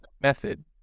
Method